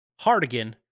Hardigan